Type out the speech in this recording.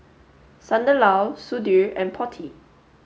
Sunderlal Sudhir and Potti